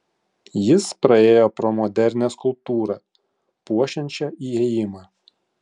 jis praėjo pro modernią skulptūrą puošiančią įėjimą